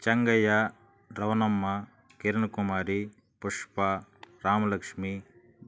Chengaiah Ramanamma Kirankumari Pushpa Ramalakshmi